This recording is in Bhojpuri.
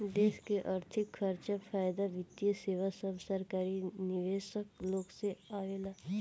देश के अर्थिक खर्चा, फायदा, वित्तीय सेवा सब सरकारी निवेशक लोग से आवेला